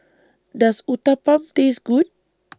Does Uthapam Taste Good